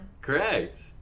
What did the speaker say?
Correct